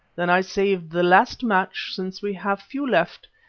then i saved the last match, since we have few left,